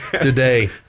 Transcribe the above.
today